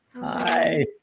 hi